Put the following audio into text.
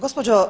Gđo.